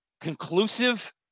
conclusive